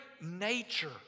nature